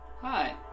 hi